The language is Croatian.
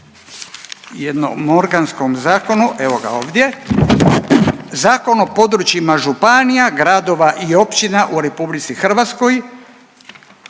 jednom organskom zakonu evo ga ovdje Zakon o područjima županija, gradova i općina u Republici Hrvatskoj,